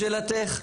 לשאלתך,